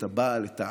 את הבעל ואת האבא.